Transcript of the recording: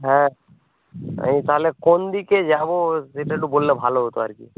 হ্যাঁ আমি তাহলে কোন দিকে যাবো সেটা একটু বললে ভালো হতো আর কি